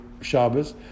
Shabbos